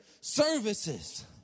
services